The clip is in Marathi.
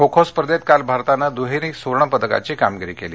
खो खो स्पर्धेत काल भारतानं दुहेरी सुवर्णपदकांची कामगिरी केली